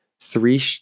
three